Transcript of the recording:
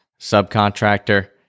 Subcontractor